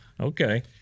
Okay